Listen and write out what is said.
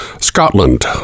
Scotland